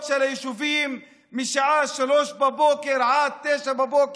של היישובים משעה 03:00 עד 09:00,